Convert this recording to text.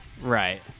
Right